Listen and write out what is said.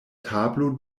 tablo